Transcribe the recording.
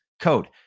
Code